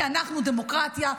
כי אנחנו דמוקרטיה.